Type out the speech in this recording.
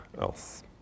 else